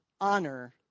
Honor